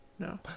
No